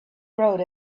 road